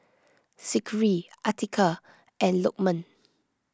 Zikri Atiqah and Lokman